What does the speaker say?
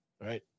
Right